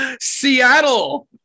Seattle